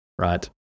Right